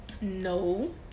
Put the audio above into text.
No